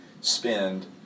spend